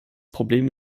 problem